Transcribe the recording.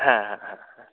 হ্যাঁ হ্যাঁ হ্যাঁ হ্যাঁ